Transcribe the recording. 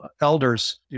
elders